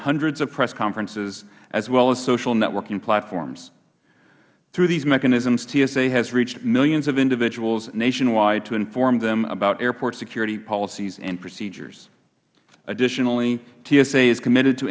hundreds of press conferences as well as social networking platforms through these mechanisms tsa has reached millions of individuals nationwide to inform them about airport security policies and procedures additionally tsa is committed to